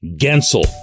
Gensel